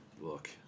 look